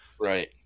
right